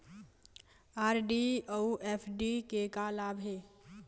RD अऊ FD के का लाभ हे?